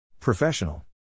Professional